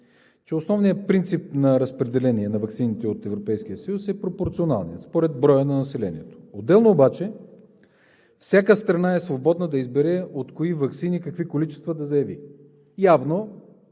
че основният принцип на разпределение на ваксините от Европейския съюз е пропорционалният – според броя на населението. Отделно обаче всяка страна е свободна да избере от кои ваксини какви количества да заяви. Явно